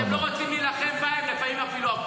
אבל צריך להילחם נגד הפשיעה.